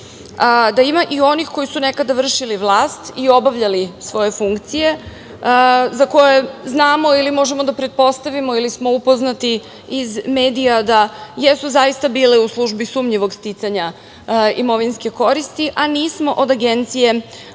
da ima i onih koji su nekada vršili vlast i obavljali svoje funkcije, za koje znamo ili možemo da pretpostavimo ili smo upoznati iz medija da jesu zaista bile u službi sumnjivog sticanja imovinske koristi, a nismo od Agencije